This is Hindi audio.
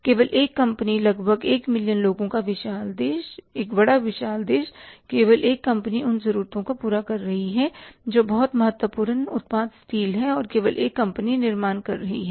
केवल एक कंपनी लगभग एक मिलियन लोगों का विशाल देश विशाल देश बड़ा देश और केवल एक कंपनी उन ज़रूरतों को पूरा कर रही है जो बहुत महत्वपूर्ण उत्पाद स्टील है और केवल एक कंपनी निर्माण कर रही है